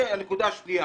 די, תן לו לסיים.